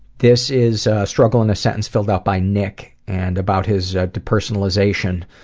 this is a struggle in a sentence filled out by nick, and about his depersonalization,